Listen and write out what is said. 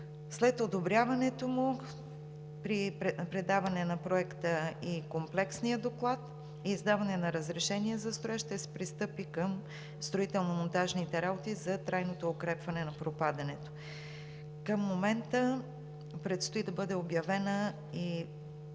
след одобряването му при предаване на проекта, комплексния доклад и издаване на разрешение за строеж, ще се пристъпи към строително-монтажните работи за трайното укрепване на пропадането. Към момента предстои да бъде обявена в